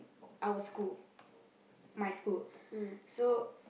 our school my school so